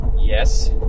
Yes